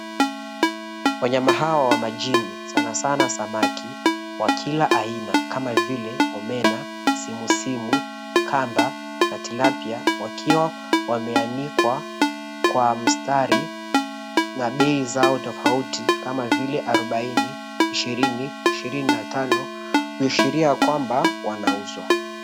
Wanyama hawa wa majini sanasana samaki wa kila aina kama vile omena, simusimu, kamba na tilapia wakiwa wameanikwa kwa mstari na bei zao tofauti kama vile 40, 20, 25 kuashiria ya kwamba wanauzwa.